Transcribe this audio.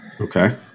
Okay